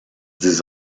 dix